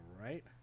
right